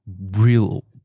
real